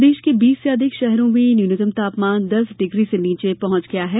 प्रदेश के बीस से अधिक शहरों में न्यूनतम तापमान दस डिग्री से नीचे पहुंच गया है